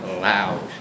loud